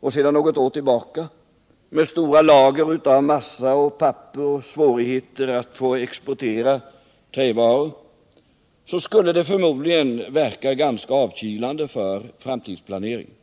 och sedan något år tillbaka, med stora lager av massa och papper och svårigheterna att exportera trävaror, så skulle det förmodligen verka ganska avkylande för framtidsplaneringen.